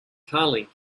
carling